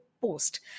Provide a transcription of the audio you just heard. post